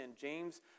James